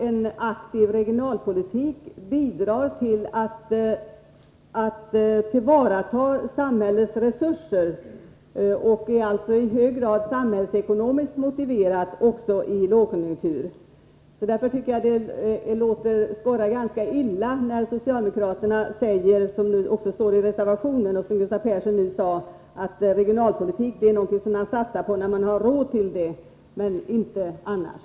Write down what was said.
En aktiv regionalpolitik bidrar dessutom till att tillvarata samhällets resurser och är alltså i hög grad samhällsekonomiskt motiverad också i en lågkonjunktur. Därför tycker jag att det skorrar ganska illa när socialdemo kraterna säger — något som också står i reservationen och som Gustav Persson nu framhöll — att regionalpolitik är någonting som man satsar på när man har råd till det men inte annars.